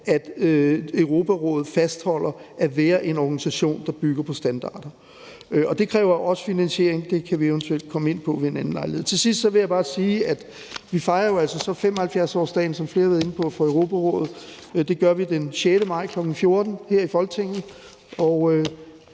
at Europarådet fastholder at være en organisation, der bygger på standarder. Det kræver også finansiering, men det kan vi eventuelt komme ind på ved en anden lejlighed. Til sidst vil jeg bare sige, at vi jo altså fejrer 75-årsdagen, som flere har været inde på, for Europarådet. Det gør vi den 6. maj kl. 14.00 her i Folketinget,